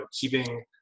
keeping